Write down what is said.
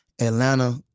Atlanta